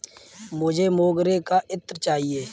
मुझे मोगरे का इत्र चाहिए